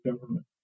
government